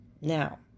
now